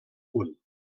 punt